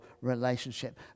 relationship